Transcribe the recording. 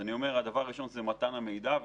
הדבר הראשון זה מתן המידע.